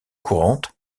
courante